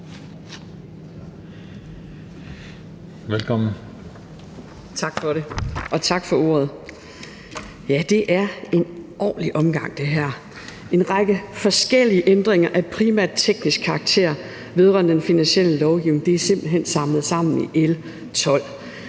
Mona Juul (KF): Tak for ordet. Ja, det her er en ordentlig omgang: en række forskellige ændringer af primært teknisk karakter vedrørende den finansielle lovgivning er simpelt hen samlet sammen i L 12.